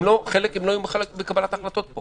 חלק לא היו בקבלת החלטות פה.